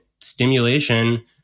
stimulation